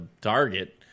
target